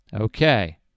Okay